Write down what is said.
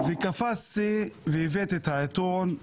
קפצתי והבאתי את העיתון,